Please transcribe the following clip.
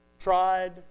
tried